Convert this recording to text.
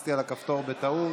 לחצתי על הכפתור בטעות.